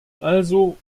also